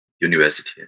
university